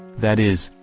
that is,